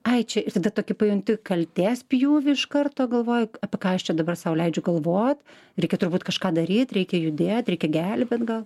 ai čia ir tada tokį pajunti kaltės pjūvį iš karto galvoji apie ką aš čia dabar sau leidžiu galvot reikia turbūt kažką daryt reikia judėt reikia gelbėt gal